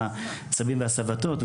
הסבים והסבתות,